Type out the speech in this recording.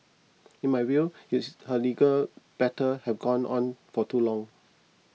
in my view his her legal battle have gone on for too long